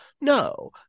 No